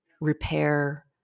repair